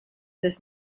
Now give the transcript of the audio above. this